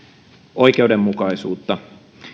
oikeudenmukaisuutta